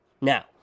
Now